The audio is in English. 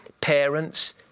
parents